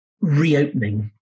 reopening